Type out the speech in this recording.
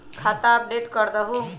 खाता अपडेट करदहु?